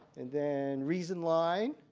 and then reason line.